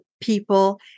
people